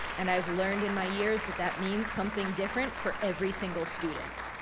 and i've learned in my years that that means something different for every single student.